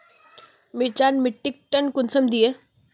मिर्चान मिट्टीक टन कुंसम दिए?